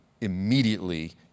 immediately